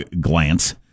glance